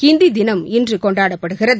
ஹிந்தி தினம் இன்று கொண்டாடப்படுகிறது